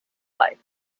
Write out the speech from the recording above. life